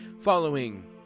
following